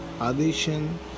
addition